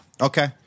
Okay